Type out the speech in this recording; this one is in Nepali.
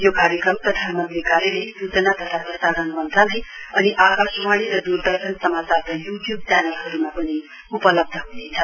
यो कार्यक्रम प्रधानमन्त्री कार्यालय सूचना तथा प्रसारण मन्त्रालय अनि आकाशवाणी र दूरदर्शन समाचारका यू ट्यूब च्यानलहरुमा पनि उपलब्ध ह्नेछ